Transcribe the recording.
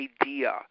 idea